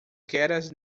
keras